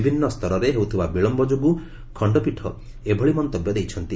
ବିଭିନ୍ନ ସ୍ତରରେ ହେଉଥିବା ବିଳମ୍ଭ ଯୋଗୁଁ ଖଣ୍ଡପୀଠ ଏଭଳି ମନ୍ତବ୍ୟ ଦେଇଛନ୍ତି